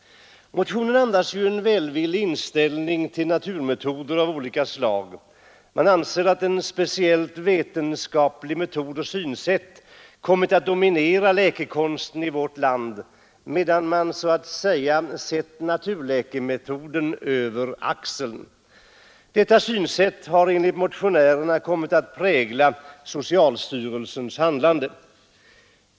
Motionen andas en välvillig inställning till naturmetoder av olika slag. Motionärerna anser att speciellt vetenskapliga metoder och synsätt kommit att dominera läkekonsten i vårt land, medan man så att säga sett naturläkemetoden över axeln. Detta synsätt har enligt motionärerna kommit att prägla socialstyrelsens handlande.